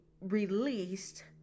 released